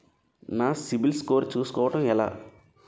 నా సిబిఐఎల్ స్కోర్ చుస్కోవడం ఎలా?